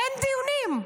אין דיונים,